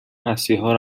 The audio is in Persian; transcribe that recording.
مسیحا